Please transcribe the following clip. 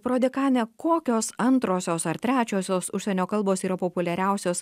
prodekane kokios antrosios ar trečiosios užsienio kalbos yra populiariausios